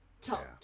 Top